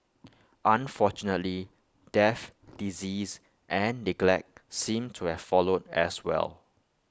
unfortunately death disease and neglect seemed to have followed as well